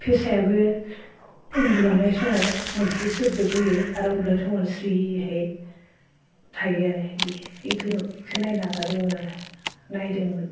फेसायाबो उन्दुलांनाय समाव मोनसे सोदोब होयो आरो उन्दुनाय समाव स्रिहाय थायो आरो इदि इखो नायनो नाजादोमोन आरो नायदोंमोन